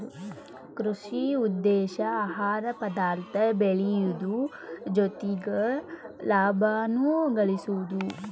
ಕೃಷಿ ಉದ್ದೇಶಾ ಆಹಾರ ಪದಾರ್ಥ ಬೆಳಿಯುದು ಜೊತಿಗೆ ಲಾಭಾನು ಗಳಸುದು